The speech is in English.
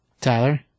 Tyler